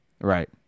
Right